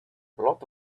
lot